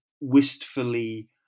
wistfully